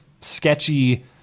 sketchy